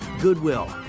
Goodwill